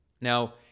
Now